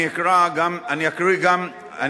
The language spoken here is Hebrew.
אני מאוד מכבד אותך אבל זה לא נכון מה שאתה עושה עכשיו.